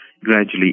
gradually